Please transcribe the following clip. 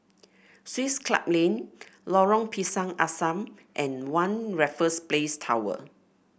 Swiss Club Lane Lorong Pisang Asam and One Raffles Place Tower